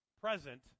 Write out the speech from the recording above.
present